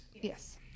Yes